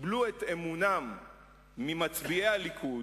קיבלו את אמונם ממצביעי הליכוד,